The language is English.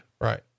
right